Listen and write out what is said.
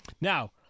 Now